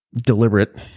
deliberate